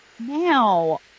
Now